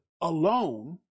alone